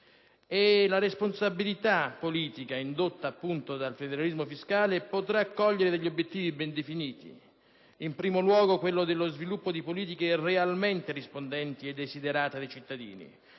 la responsabilità politica indotta dal federalismo fiscale potrà permettere di raggiungere alcuni obiettivi ben definiti: in primo luogo, quello dello sviluppo di politiche realmente rispondenti ai desiderata dei cittadini.